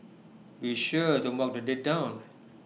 be sure to mark the date down